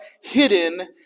hidden